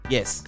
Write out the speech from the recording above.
Yes